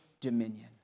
dominion